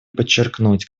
подчеркнуть